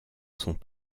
sont